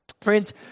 Friends